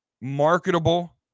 marketable